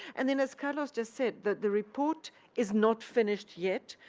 and then as carlos just said, the report is not finished yet.